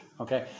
okay